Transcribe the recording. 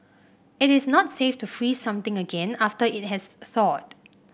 it is not safe to freeze something again after it has thawed